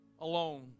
alone